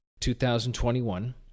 2021